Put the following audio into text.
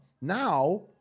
Now